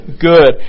Good